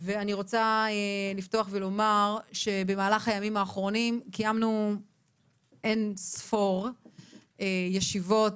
ואני רוצה לפתוח ולומר שבמהלך הימים האחרונים קיימנו אין-ספור ישיבות,